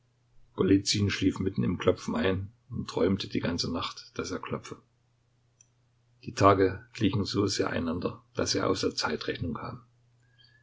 schlief mitten im klopfen ein und träumte die ganze nacht daß er klopfe die tage glichen so sehr einander daß er aus der zeitrechnung kam